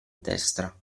destra